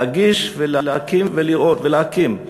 להגיש ולהקים ולראות ולהקים.